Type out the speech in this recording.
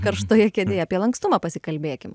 karštoje kėdėje apie lankstumą pasikalbėkim